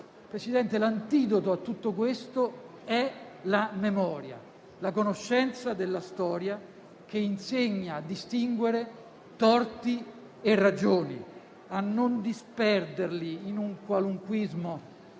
Presidente, l'antidoto a tutto questo è la memoria, la conoscenza della storia che insegna a distinguere torti e ragioni, a non disperderli in un qualunquismo